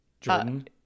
Jordan